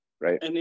right